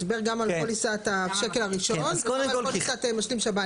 הוא דיבר גם על פוליסת השקל הראשון וגם על פוליסת משלים שב"ן,